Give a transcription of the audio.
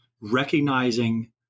recognizing